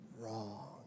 wrong